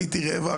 הייתי רעבה,